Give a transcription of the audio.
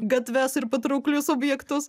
gatves ir patrauklius objektus